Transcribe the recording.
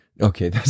Okay